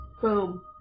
Boom